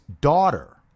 daughter